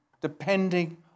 depending